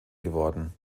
geworden